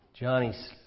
johnnys